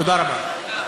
תודה רבה.